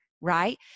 right